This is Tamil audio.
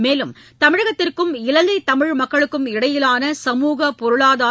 மேலும் தமிழகத்திற்கும் இலங்கைத் தமிழ் மக்களுக்கும் இடையிலான சமுகப் பொருளாதார்